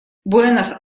буэнос